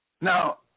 Now